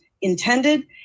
intended